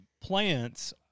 plants